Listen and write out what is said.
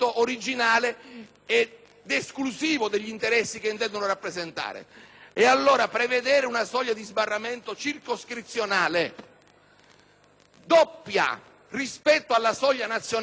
ed esclusivo degli interessi che intendono rappresentare. Prevedere una soglia di sbarramento circoscrizionale doppia rispetto alla soglia nazionale vuol dire